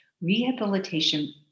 rehabilitation